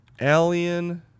Alien